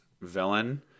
villain